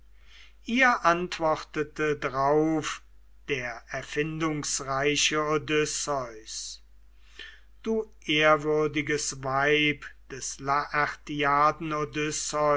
ihr antwortete drauf der erfindungsreiche odysseus du ehrwürdiges weib des